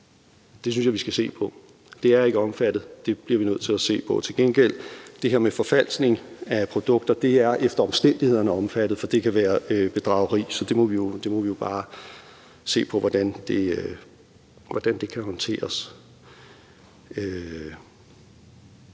Det er ikke omfattet, så det bliver vi nødt til at se på. Til gengæld er det her med forfalskning af produkter omfattet efter omstændighederne, for det kan være bedrageri. Så vi må jo bare se på, hvordan det kan håndteres.